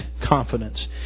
confidence